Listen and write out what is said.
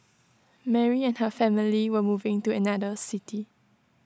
Mary and her family were moving to another city